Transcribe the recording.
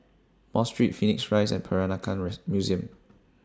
Mosque Street Phoenix Rise and Peranakan Museum